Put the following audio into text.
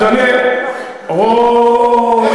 הו,